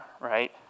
right